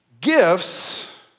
gifts